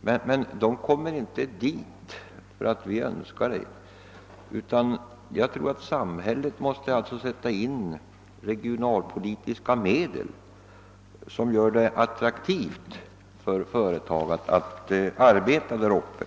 Men de kommer inte dit enbart därför att vi önskar det. Samhället måste sätta in regionalpolitiska medel som gör det attraktivt för företag att arbeta där uppe.